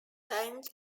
land